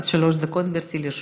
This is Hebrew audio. עד שלוש דקות, גברתי, לרשותך.